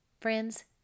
friends